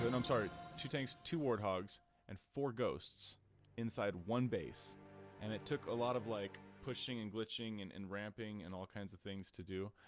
and to taste two warthogs and four ghosts inside one base and it took a lot of like pushing and bewitching and in wrapping and all kinds of things to do,